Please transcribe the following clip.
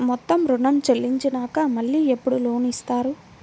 మొత్తం ఋణం చెల్లించినాక మళ్ళీ ఎప్పుడు లోన్ ఇస్తారు?